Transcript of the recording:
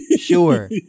Sure